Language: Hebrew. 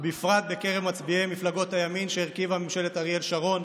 ובפרט בקרב מצביעי מפלגות הימין שהרכיבו את ממשלת אריאל שרון,